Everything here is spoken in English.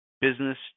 business